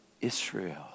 Israel